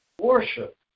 worship